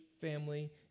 family